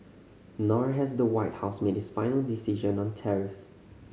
nor has the White House made its final decision on tariffs